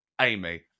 Amy